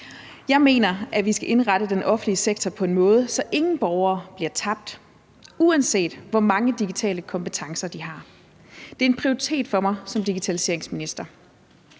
Jeg mener, at vi skal indrette den offentlige sektor på en måde, så ingen borgere bliver tabt, uanset hvor mange digitale kompetencer de har. Det er en prioritet for mig som digitaliseringsminister.